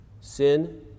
sin